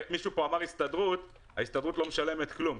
מישהו פה אמר הסתדרות ההסתדרות לא משלמת כלום,